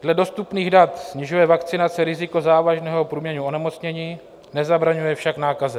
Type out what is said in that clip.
Dle dostupných dat snižuje vakcinace riziko závažného průběhu onemocnění, nezabraňuje však nákaze.